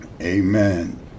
Amen